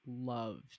loved